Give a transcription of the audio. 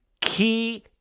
key